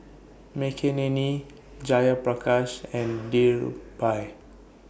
Makineni Jayaprakash and Dhirubhai